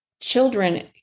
children